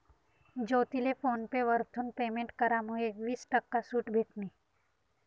ज्योतीले PhonePe वरथून payment करामुये वीस टक्का सूट भेटनी